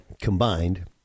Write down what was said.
combined